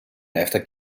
after